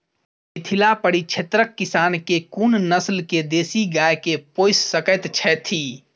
मिथिला परिक्षेत्रक किसान केँ कुन नस्ल केँ देसी गाय केँ पोइस सकैत छैथि?